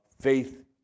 faith